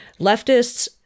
leftists